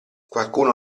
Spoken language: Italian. qualcuno